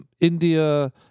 India